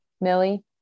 Millie